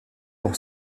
pour